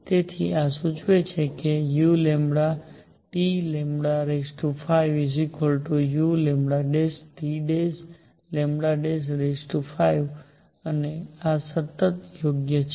તેથી આ સૂચવે છે કે u5uλT' 5 અને આ સતત યોગ્ય છે